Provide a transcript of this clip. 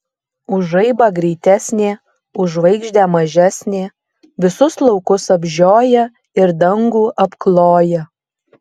už žaibą greitesnė už žvaigždę mažesnė visus laukus apžioja ir dangų apkloja